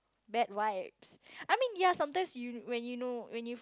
bad vibes I mean ya sometimes you when you know when you